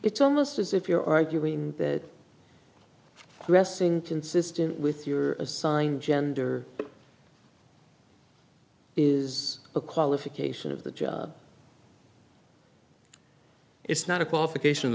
it's almost as if you're arguing that dressing consistent with your assigned gender is a qualification of the job is not a qualification